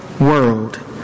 world